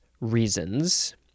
reasons